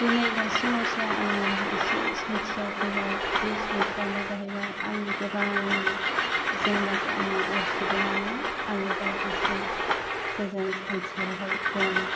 दिनै दासिमावसो आङो सान्तियाव फैबाय बे सान्तियानो जाहैबाय आंनि गोबां जेंनाखौ आङो उरसिबोनानै आङो दा एसे गोजोन सान्तियावहाय दं